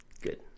Good